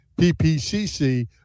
PPCC